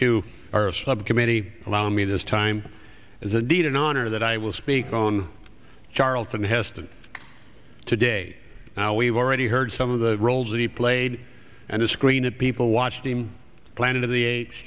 our subcommittee allow me this time as a deed in honor that i will speak on charlton heston today now we've already heard some of the roles he played and the screen and people watched him planet of the apes